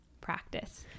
practice